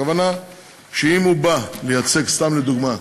הכוונה שאם הוא בא לייצג, סתם לדוגמה,